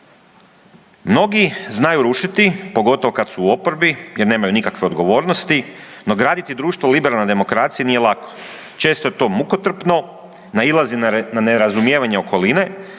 Mnogi znaju rušiti pogotovo kada su u oporbi jer nemaju nikakve odgovornosti, no graditi društvo u liberalnoj demokraciji nije lako, često je to mukotrpno, nailazi na nerazumijevanje okoline,